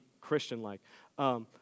Christian-like